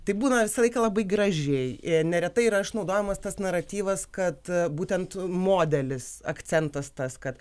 taip būna visą laiką labai gražiai neretai yra išnaudojamas tas naratyvas kad būtent modelis akcentas tas kad